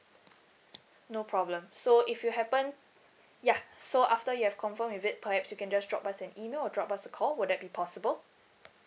no problem so if you happen ya so after you have confirm with it perhaps you can just drop us an email or drop us a call will that be possible